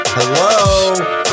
Hello